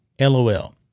LOL